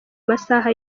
masaha